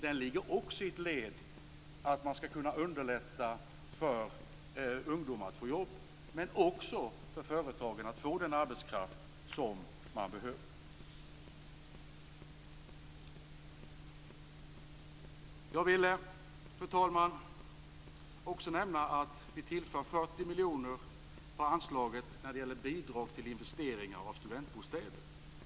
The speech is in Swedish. Däri ingår som ett led att underlätta för ungdomar att få jobb men också att företagen skall få den arbetskraft som de behöver. Fru talman! Jag vill också nämna att vi tillför 40 miljoner till anslaget för bidrag till investeringar i studentbostäder.